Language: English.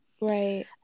right